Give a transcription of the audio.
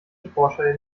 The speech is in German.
genforscher